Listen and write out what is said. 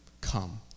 come